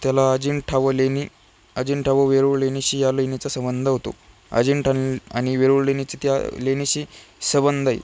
त्याला अजिंठा व लेणी अजिंठा व वेरूळ लेणीशी या लेणीचा सबंध होतो अजिंठा आणि वेरूळ लेणीची त्या लेणीशी सबंध आहे